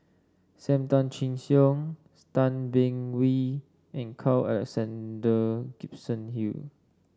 Sam Tan Chin Siong Tan Beng Swee and Carl Alexander Gibson Hill